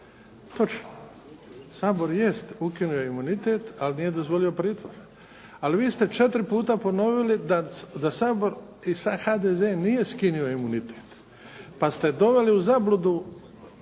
Točno. Sabor jest ukinuo imunitet, ali nije dozvolio pritvor. Ali vi ste četiri puta ponovili da Sabor i HDZ nije skinuo imunitet pa ste doveli u zabludu